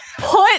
Put